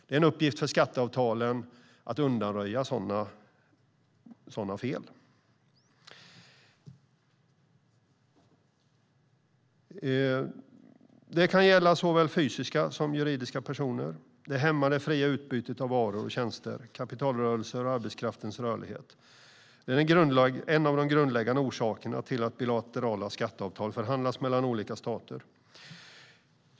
Det är en uppgift för skatteavtalen att undanröja sådana fel, och det kan gälla såväl fysiska som juridiska personer. Dubbelbeskattning hämmar det fria utbytet av varor och tjänster, kapitalrörelser och arbetskraftens rörlighet. Det är en av de grundläggande orsakerna till att bilaterala skatteavtal förhandlas fram mellan olika stater.